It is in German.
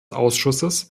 ausschusses